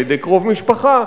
על-ידי קרוב משפחה.